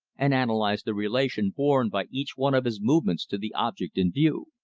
and analyzed the relation borne by each one of his movements to the object in view.